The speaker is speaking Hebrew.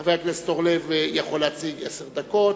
חבר הכנסת אורלב יכול להציג עשר דקות.